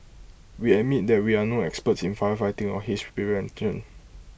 we admit that we are no experts in firefighting or haze prevention